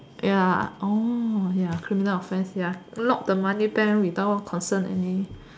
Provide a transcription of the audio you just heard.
ya orh ya criminal offence ya rob the money then without concern any